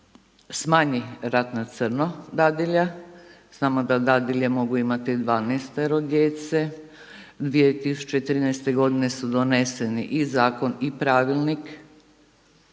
smanji rad na crno dadilja. Znamo da dadilje mogu imati dvanaestero djece. 2013. godine su doneseni i zakon i pravilnik.